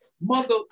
Mother